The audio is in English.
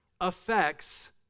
affects